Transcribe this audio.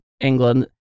England